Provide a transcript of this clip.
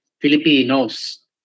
Filipinos